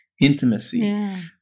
intimacy